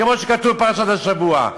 כמו שכתוב בפרשת השבוע.